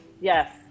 Yes